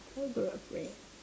what group of friend